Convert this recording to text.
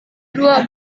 dua